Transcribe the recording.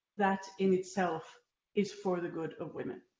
that in itself is for the good of women.